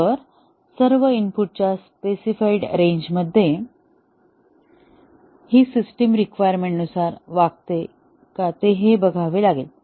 तर सर्व इनपुटच्या स्पेसिफाइड रेंज मध्ये ही सिस्टिम रिक्वायमेन्ट नुसार वागते का हे बघावे लागेल